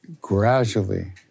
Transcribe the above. gradually